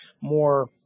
more